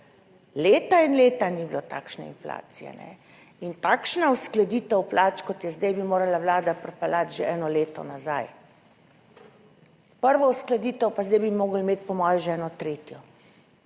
Leta in leta ni bilo takšne inflacije. Takšno uskladitev plač, kot je zdaj, bi morala vlada pripeljati že eno leto nazaj kot prvo uskladitev, zdaj bi morali imeti po moje že eno tretjo,